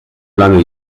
lange